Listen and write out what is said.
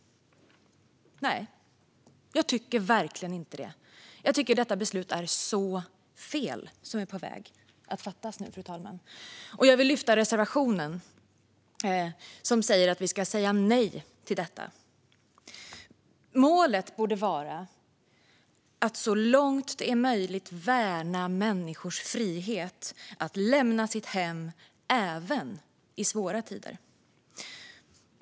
Nej, jag tycker verkligen inte det. Jag tycker att det beslut som nu är på väg att fattas är fel, fru talman, och jag vill yrka bifall till den reservation som säger att vi ska säga nej till detta. Målet borde vara att så långt det är möjligt värna människors frihet att lämna sitt hem även i svåra tider.